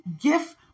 gift